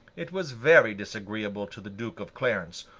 it was very disagreeable to the duke of clarence,